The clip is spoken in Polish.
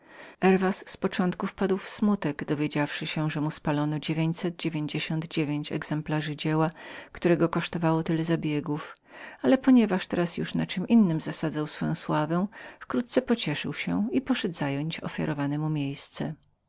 herwas z początku wpadł w smutek dowiedziawszy się że mu spalono dziewięćset dziewięćdziesiąt dziewięć exemplarzy jego dzieła ale ponieważ na czem innem zasadzał swoją sławę wkrótce zatem pocieszył się i poszedł zająć ofiarowane mu miejsce